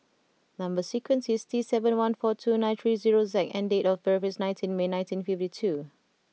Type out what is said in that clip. number sequence is T seven one four two nine three zero Z and date of birth is nineteen May nineteen fifty two